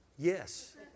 Yes